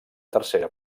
tercera